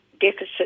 deficit